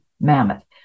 mammoth